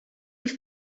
die